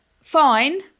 fine